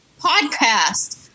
Podcast